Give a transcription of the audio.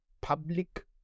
public